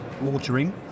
watering